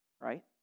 right